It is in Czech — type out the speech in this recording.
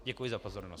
Děkuji za pozornost.